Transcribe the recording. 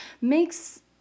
makes